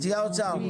נציגי האוצר,